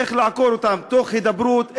איך לעקור אותם תוך הידברות,